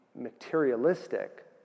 materialistic